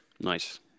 nice